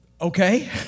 Okay